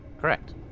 correct